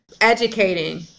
educating